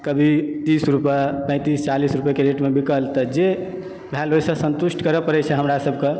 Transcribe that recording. कभी तीस रुपैआ पैतीस चालीस रुपैआके रेटमे बिकल तऽ जे भैल्यु होइत छै सन्तुष्ट करय पड़ैत छै हमरा सभके